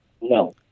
no